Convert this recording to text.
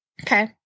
Okay